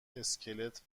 اسکلت